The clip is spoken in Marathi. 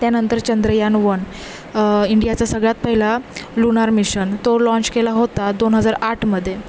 त्यानंतर चंद्रयान वन इंडियाचा सगळ्यात पहिला लुनार मिशन तो लाँच केला होता दोन हजार आठमध्ये